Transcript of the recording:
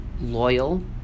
loyal